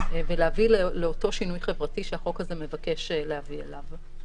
ולהביא לאותו שינוי חברתי שהחוק הזה מבקש להביא אליו.